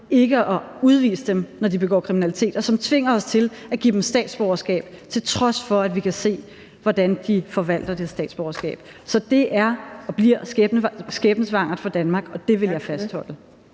ikke at udvise dem, når de begår kriminalitet; og som tvinger os til at give dem statsborgerskab, til trods for at vi kan se, hvordan de forvalter det statsborgerskab. Så det er og bliver skæbnesvangert for Danmark, og det vil jeg fastholde.